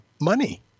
money